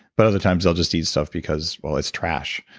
but other times, they'll just eat stuff because, well, it's trash.